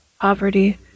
poverty